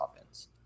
offense